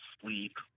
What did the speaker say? sleep